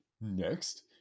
next